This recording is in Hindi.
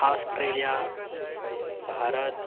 ऑस्ट्रेलिया भारत